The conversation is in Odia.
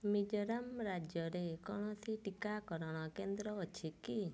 ମିଜୋରାମ୍ ରାଜ୍ୟରେ କୌଣସି ଟିକାକରଣ କେନ୍ଦ୍ର ଅଛି କି